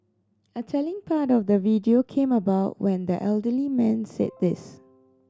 a telling part of the video came about when the elderly man said this